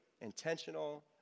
intentional